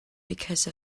because